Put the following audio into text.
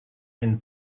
and